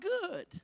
good